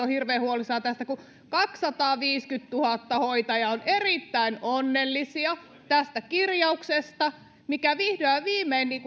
hirveän huolissaan tästä kun kaksisataaviisikymmentätuhatta hoitajaa on erittäin onnellisia tästä kirjauksesta mikä vihdoin ja viimein